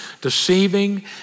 deceiving